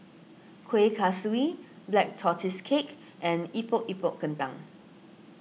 Kuih Kaswi Black Tortoise Cake and Epok Epok Kentang